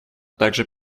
также